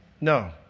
No